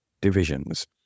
divisions